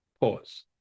pause